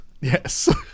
Yes